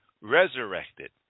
resurrected